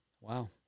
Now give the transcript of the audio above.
wow